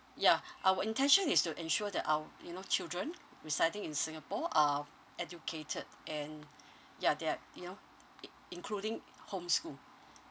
ya our intention is to ensure that our you know children residing in singapore um educated and ya that you know in~ including homeschool